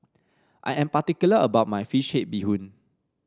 I am particular about my fish head Bee Hoon